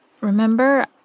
Remember